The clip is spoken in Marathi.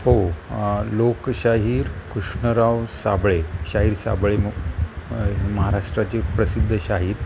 हो लोकशाहीर कृष्णराव साबळे शाहीर साबळेमु महाराष्ट्राचे प्रसिद्ध शाहीर